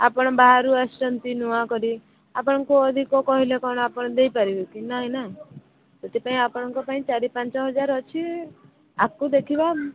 ଆପଣ ବାହାରୁ ଆସିଛନ୍ତି ନୂଆ କରି ଆପଣଙ୍କୁ ଅଧିକ କହିଲେ କ'ଣ ଆପଣ ଦେଇ ପାରିବେ କି ନାଇ ନା ସେଥିପାଇଁ ଆପଣଙ୍କ ପାଇଁ ଚାରି ପାଞ୍ଚ ହଜାର ଅଛି ଆଗକୁ ଦେଖିବା